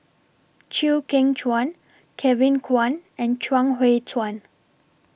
Chew Kheng Chuan Kevin Kwan and Chuang Hui Tsuan